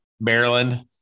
Maryland